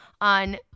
on